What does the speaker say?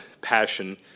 passion